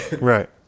Right